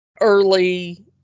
Early